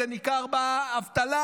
זה ניכר באבטלה,